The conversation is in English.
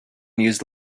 use